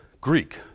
Greek